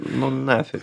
nu nafik